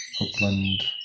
Oakland